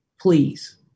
please